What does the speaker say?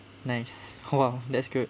nice !whoa! that's good